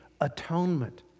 atonement